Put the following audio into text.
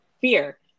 Fear